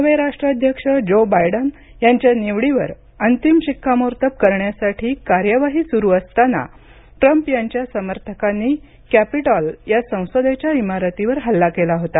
नवे राष्ट्राध्यक्ष Joe Biden यांच्या निवडीवर अंतिम शिक्कामोर्तब करण्यासाठी कार्यवाही सुरु असताना ट्रंप यांच्या समर्थकांनी कॅपिटॉल या संसदेच्या इमारतीवर हल्ला केला होता